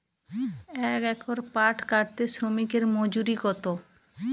এক একর পাট কাটতে শ্রমিকের মজুরি কত?